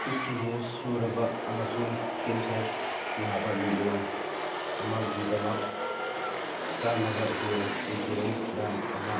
fifty years ꯁꯨꯔꯕ ꯑꯃꯁꯨꯡ cancer ꯅꯥꯕ ꯃꯤꯑꯣꯏ ꯑꯃꯒꯤꯗꯃꯛ ꯆꯥꯅꯕ ꯍꯤꯌꯔ ꯏꯟꯁꯨꯔꯦꯟꯁ ꯄ꯭ꯂꯥꯟ ꯑꯃ